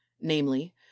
namely